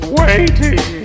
waiting